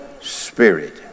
spirit